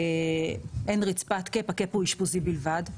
אין רצפת קאפ, הקאפ הוא אשפוזי בלבד.